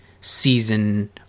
season